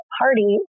party